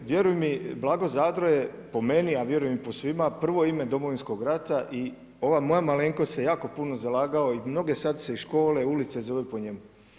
vjeruj mi, Blago Zadro je po meni, a vjerujem i po svima, prvo ime Domovinskog rata i ova moja malenkost se jako puno zalagao i mnoge sada se škole i ulice zovu po njemu.